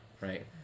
right